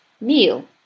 meal